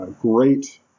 great